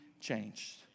changed